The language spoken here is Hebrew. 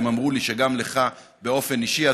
והם אמרו לי שגם לך באופן אישי,